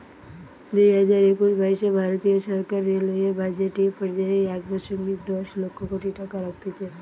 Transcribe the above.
দুইহাজার একুশ বাইশে ভারতীয় সরকার রেলওয়ে বাজেট এ পর্যায়ে এক দশমিক দশ লক্ষ কোটি টাকা রাখতিছে